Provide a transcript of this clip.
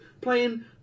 playing